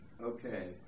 Okay